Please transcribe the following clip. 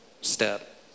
step